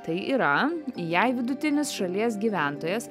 tai yra jei vidutinis šalies gyventojas